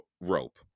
rope